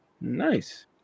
Nice